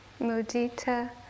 mudita